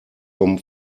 vom